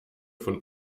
von